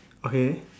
okay